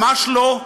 ממש לא.